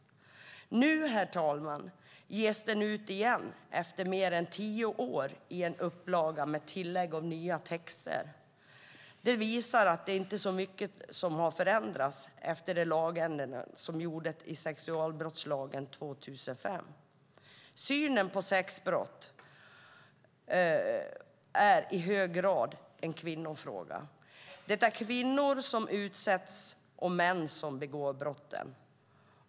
Nu, herr talman, ges boken ut igen efter mer än tio år i en upplaga med tillägg av nya texter. Det visar sig att inte mycket har förändrats efter de lagändringar som gjordes i sexualbrottslagen 2005. Synen på sexbrott är i hög grad en kvinnofråga. Det är kvinnor som utsätts och män som begår brotten.